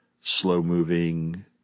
slow-moving